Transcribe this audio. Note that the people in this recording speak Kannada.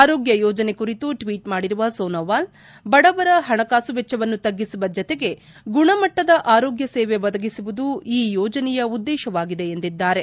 ಆರೋಗ್ಯ ಯೋಜನೆ ಕುರಿತು ಟ್ವೀಟ್ ಮಾಡಿರುವ ಸೋನಾವಲ್ ಬಡವರ ಪಣಕಾಸು ವೆಚ್ವವನ್ನು ತ್ಗಿಸುವ ಜತೆಗೆ ಗುಣಮಟ್ಟದ ಆರೋಗ್ಯ ಸೇವೆ ಒದಗಿಸುವುದು ಈ ಯೋಜನೆಯ ಉದ್ದೇಶವಾಗಿದೆ ಎಂದಿದ್ದಾರೆ